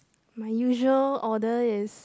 my usual order is